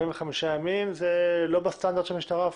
45 ימים זה אפילו לא בסטנדרט של המשטרה.